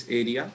area